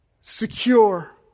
secure